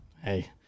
Hey